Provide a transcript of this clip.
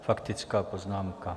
Faktická poznámka.